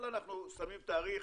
אבל אנחנו שמים תאריך,